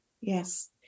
Yes